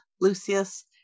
Lucius